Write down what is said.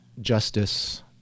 justice